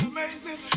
Amazing